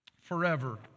forever